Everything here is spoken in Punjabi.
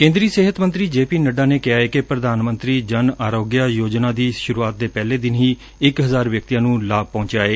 ਕੇਂਦਰੀ ਸਿਹਤ ਮੰਤਰੀ ਨੇ ਪੀ ਨੱਡਾ ਨੇ ਕਿਹਾ ਏ ਕਿ ਪ੍ਰਧਾਨ ਮੰਤਰੀ ਜਨ ਆਰੋਗਿਆ ਯੋਜਨਾ ਦੀ ਸੁਰੁਆਤ ਦੇ ਪਹਿਲੇ ਦਿਨ ਹੀ ਇਕ ਹਜ਼ਾਰ ਵਿਅਕਤੀਆਂ ਨੂੰ ਲਾਭ ਪਹੁੰਚਿਆ ਏ